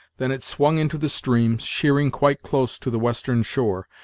than it swung into the stream, sheering quite close to the western shore,